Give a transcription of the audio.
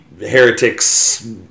Heretics